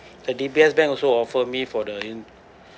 the D_B_S bank also offer me for the in~